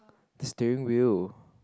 stain wheel